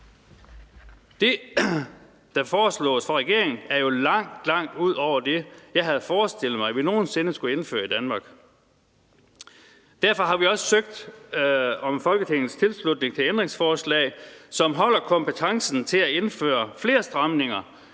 Det, der foreslås fra regeringens side, er jo langt, langt ud over det, jeg havde forestillet mig vi nogen sinde skulle indføre i Danmark, og derfor har vi også søgt om Folketingets tilslutning til ændringsforslag, som holder kompetencen til at indføre flere stramninger